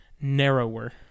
narrower